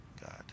God